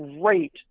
great